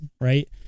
right